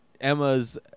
Emma's